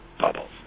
bubbles